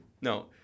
No